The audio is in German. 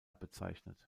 bezeichnet